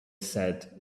said